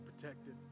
protected